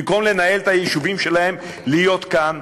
במקום לנהל את היישובים שלהם, להיות כאן?